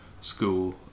school